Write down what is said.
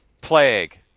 Plague